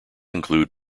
include